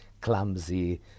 clumsy